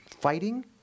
fighting